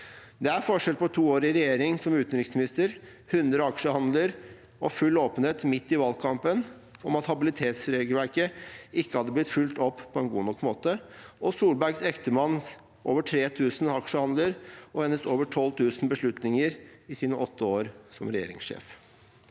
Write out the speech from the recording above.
Det er forskjell på to år i regjering som utenriksminister, 100 aksjehandler og full åpenhet midt i valgkampen om at habilitetsregelverket ikke hadde blitt fulgt opp på en god nok måte, og Solbergs ektemanns over 3 000 aksjehandler og hennes over 12 000 beslutninger i sine åtte år som regjeringssjef.